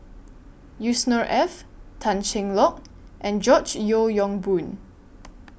Yusnor Ef Tan Cheng Lock and George Yeo Yong Boon